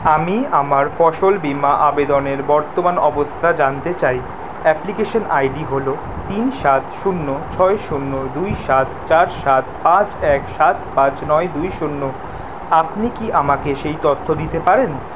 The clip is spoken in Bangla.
আমি আমার ফসল বীমা আবেদনের বর্তমান অবস্থা জানতে চাই অ্যাপ্লিকেশন আই ডি হলো তিন সাত শূন্য ছয় শূন্য দুই সাত চার সাত পাঁচ এক সাত পাঁচ নয় দুই শূন্য আপনি কি আমাকে সেই তথ্য দিতে পারেন